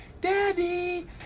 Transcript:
daddy